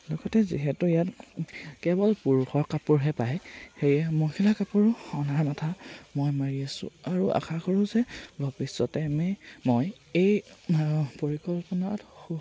লগতে যিহেতু ইয়াত কেৱল পুৰুষৰ কাপোৰহে পায় সেয়ে মহিলা কাপোৰো অনাৰ মাথা মই মাৰি আছোঁ আৰু আশা কৰোঁ যে ভৱিষ্যতে মে মই এই পৰিকল্পনাত সু